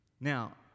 Now